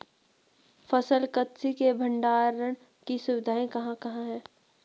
फसल कत्सी के बाद भंडारण की सुविधाएं कहाँ कहाँ हैं?